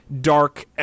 dark